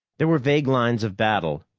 there were vague lines of battle,